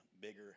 bigger